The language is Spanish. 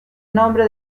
nombre